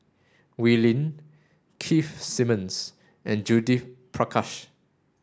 Wee Lin Keith Simmons and Judith Prakash